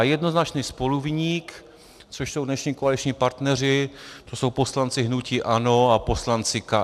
Jednoznačný spoluviník, což jsou dnešní koaliční partneři, jsou poslanci hnutí ANO a poslanci KSČM.